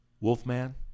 wolfman